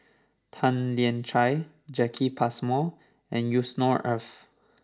Tan Lian Chye Jacki Passmore and Yusnor Ef